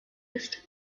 ist